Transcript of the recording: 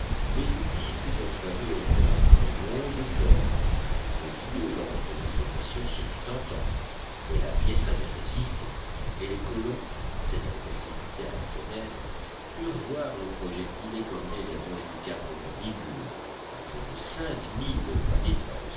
l'étoupille fut enflammée au moyen d'une longue corde une violente détonation se fit entendre mais la pièce avait résisté et les colons s'étant précipités à la fenêtre purent voir le projectile écorner les roches du cap mandibule à près de cinq milles de